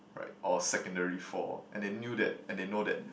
right or secondary four and they knew that and they know that